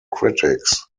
critics